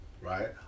right